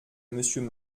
monsieur